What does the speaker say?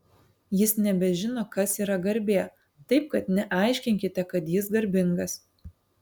jis nebežino kas yra garbė taip kad neaiškinkite kad jis garbingas